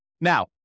Now